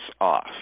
off